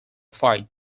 fight